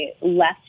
left